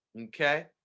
okay